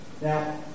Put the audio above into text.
Now